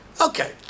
Okay